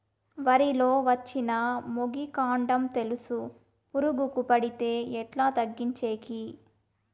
వరి లో వచ్చిన మొగి, కాండం తెలుసు పురుగుకు పడితే ఎట్లా తగ్గించేకి?